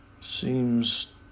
Seems